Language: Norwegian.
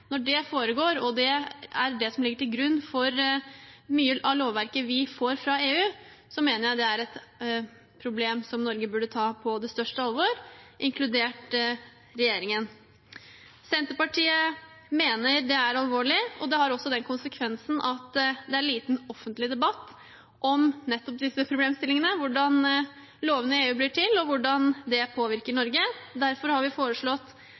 Når det foregår og er det som ligger til grunn for mye av lovverket vi får fra EU, mener jeg det er et problem som Norge burde ta på det største alvor, inkludert regjeringen. Senterpartiet mener det er alvorlig. Det har også den konsekvensen at det er lite offentlig debatt om nettopp disse problemstillingene – hvordan lovene i EU blir til, og hvordan det påvirker Norge. Derfor har vi foreslått